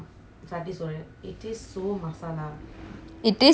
it tastes so masala !wow! okay